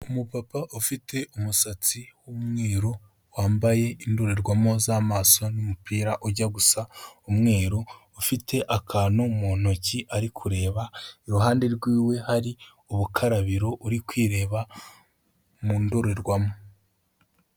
Umupapa ufite umusatsi w'umweru, wambaye indorerwamo z'amaso n'umupira ujya gusa umweru, ufite akantu mu ntoki ari kureba, iruhande rw'iwe hari ubukarabiro, uri kwireba mu ndorerwamo.